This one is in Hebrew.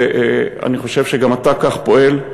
ואני חושב שגם אתה כך פועל,